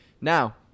now